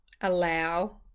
allow